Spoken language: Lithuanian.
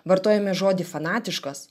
vartojame žodį fanatiškas